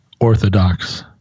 Orthodox